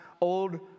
old